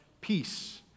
peace